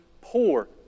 poor